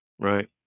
Right